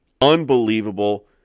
Unbelievable